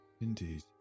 Indeed